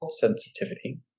sensitivity